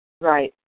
Right